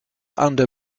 under